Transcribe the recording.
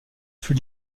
fut